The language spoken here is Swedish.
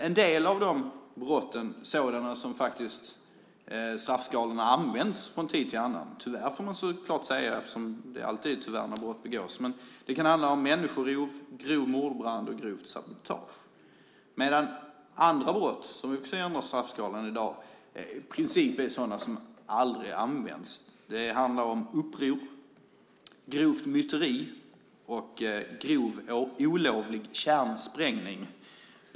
En del av dessa brott är sådana där straffskalorna används från tid till annan, tyvärr får man säga eftersom det alltid är negativt när brott begås. Men det kan handla om människorov, grov mordbrand och grovt sabotage. Men andra brott som vi också ändrar straffskalan för nu är sådana straff som i princip aldrig sker. Det handlar om uppror, grovt myteri och grov olovlig kärnsprängning.